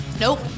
Nope